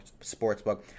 Sportsbook